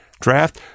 draft